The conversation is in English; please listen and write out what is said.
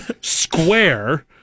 square